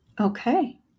Okay